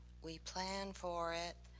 we plan for it,